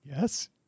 Yes